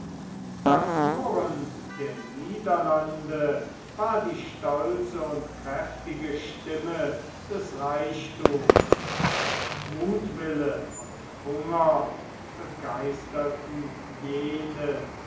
das murren der niederlande war die stolze und kräftige stimme des reichthums muthwille und hunger begeisterten jene